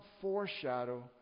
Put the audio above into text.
foreshadow